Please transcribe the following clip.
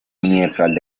universal